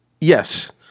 Yes